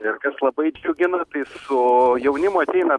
ir kas labai džiugina tai su jaunimu ateina